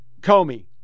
Comey